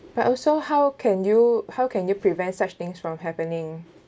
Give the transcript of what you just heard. but also how can you how can you prevent such things from happening